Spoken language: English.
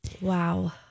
Wow